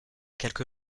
quelque